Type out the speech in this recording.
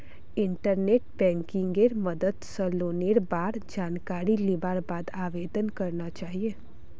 internet बैंकिंगेर मदद स लोनेर बार जानकारी लिबार बाद आवेदन करना चाहिए